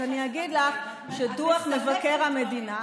אז אני אגיד לך שדוח מבקר המדינה,